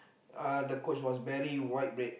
uh the coach was very wide red